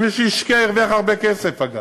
ומי שהשקיע, הרוויח הרבה כסף, אגב,